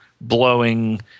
blowing